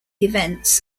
events